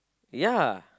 ya